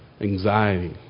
anxiety